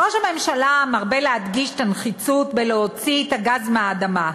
ראש הממשלה מרבה להדגיש את הנחיצות שבהוצאת הגז מהאדמה.